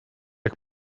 jak